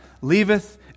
leaveth